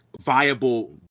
viable